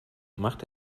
macht